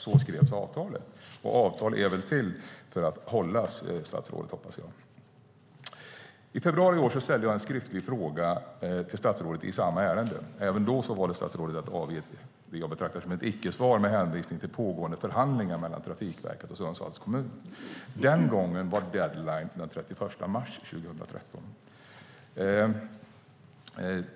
Så skrevs avtalet, och avtal är väl till för att hållas, statsrådet? I februari i år ställde jag en skriftlig fråga till statsrådet i samma ärende. Även då valde statsrådet att avge vad jag betraktar som ett icke-svar med hänvisning till pågående förhandlingar mellan Trafikverket och Sundsvalls kommun. Den gången var deadline den 31 mars 2013.